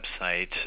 website